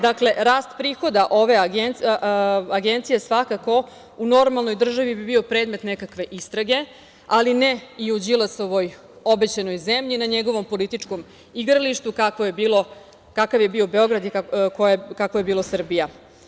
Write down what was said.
Dakle, rast prihoda ove agencije, svakako, u normalnoj državi bi bio predmet nekakve istrage, ali ne i u Đilasovoj obećanoj zemlji i na njegovom političkom igralištu kakav je bio Beograd i kakva je bila Srbija.